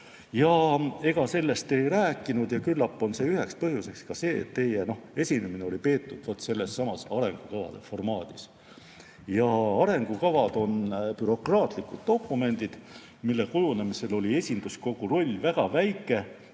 Te sellest ei rääkinud ja küllap on üheks põhjuseks ka see, et teie esinemine oli peetud sellessamas arengukavade formaadis. Arengukavad on bürokraatlikud dokumendid, mille kujunemisel oli esinduskogu roll väga väike